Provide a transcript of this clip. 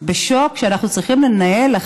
שאנחנו צריכים לנהל זאת,